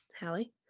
Hallie